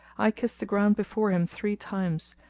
i kissed the ground before him three times,